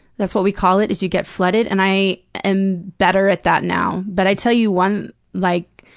that's what we call it, is you get flooded, and i am better at that now. but i tell you one like,